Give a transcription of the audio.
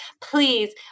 please